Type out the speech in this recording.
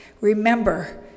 Remember